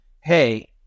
hey